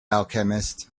alchemist